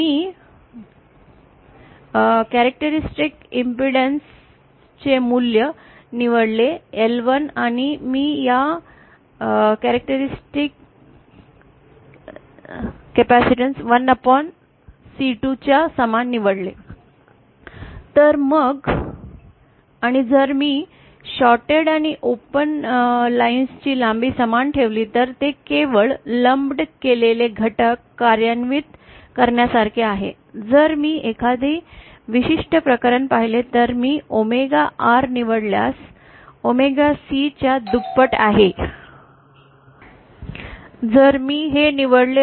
मी वैशिष्ट्यपूर्ण प्रतिबाधाचे मूल्य निवडले L1 आणि मी या वैशिष्ट्याचे प्रतिबाधा 1 c2 च्या समान निवडले